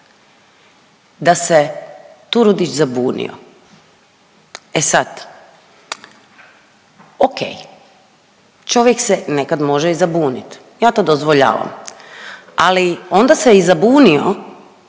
da se Turudić zabunio. E sad o.k. čovjek se nekad može i zabuniti, ja to dozvoljavam. Ali onda se i zabunio